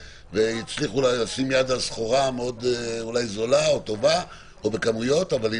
והצליחו לשים יד על סחורה מאוד זולה ובכמויות אבל היא